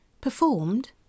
Performed